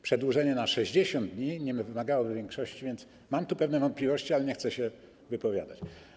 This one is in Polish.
Przedłużenie na 60 dni nie wymagałoby większości, więc mam pewne wątpliwości, ale nie chcę się wypowiadać.